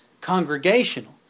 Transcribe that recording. congregational